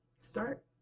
Start